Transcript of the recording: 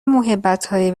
موهبتهایی